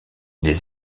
les